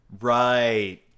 Right